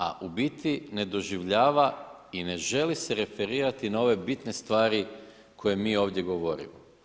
A u biti ne doživljava i ne želi se referirati na ove bitne stvari koje mi ovdje govorimo.